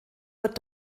wird